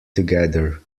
together